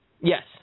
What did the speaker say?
Yes